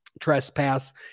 trespass